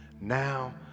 Now